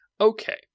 Okay